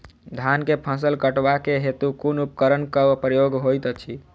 धान केँ फसल कटवा केँ हेतु कुन उपकरणक प्रयोग होइत अछि?